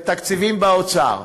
התקציבים באוצר,